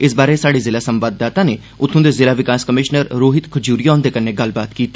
इस बारै स्हाड़े जिला संवाददाता नै उत्थुं दे जिला विकास कमिशनर रोहित खजूरिया हुंदे कन्नै गल्लबात कीती